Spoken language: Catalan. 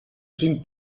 cinc